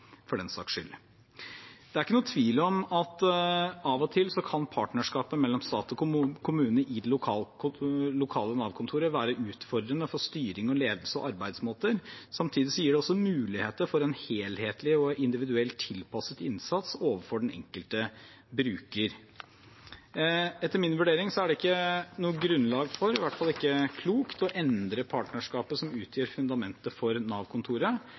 for den saks skyld. Det er ikke noen tvil om at av og til kan partnerskapet mellom stat og kommune i det lokale Nav-kontoret være utfordrende for styring, ledelse og arbeidsmåter. Samtidig gir det også muligheter for en helhetlig og individuell tilpasset innsats overfor den enkelte bruker. Etter min vurdering er det ikke noe grunnlag for, i hvert fall ikke klokt, å endre partnerskapet som utgjør fundamentet for